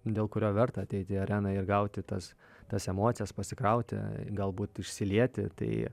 dėl kurio verta ateiti į areną ir gauti tas tas emocijas pasikrauti galbūt išsilieti tai